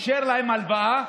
אישר להם הלוואה